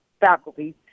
faculty